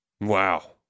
Wow